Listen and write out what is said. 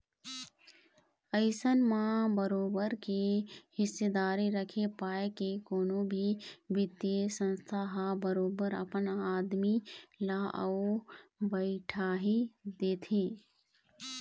अइसन म बरोबर के हिस्सादारी रखे पाय के कोनो भी बित्तीय संस्था ह बरोबर अपन आदमी ल उहाँ बइठाही देथे